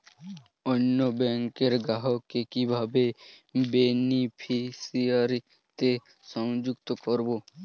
অন্য ব্যাংক র গ্রাহক কে কিভাবে বেনিফিসিয়ারি তে সংযুক্ত করবো?